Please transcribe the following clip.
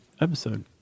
episode